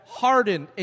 hardened